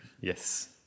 Yes